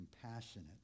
compassionate